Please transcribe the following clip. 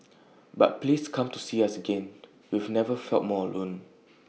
but please come to see us again we've never felt more alone